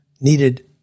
Needed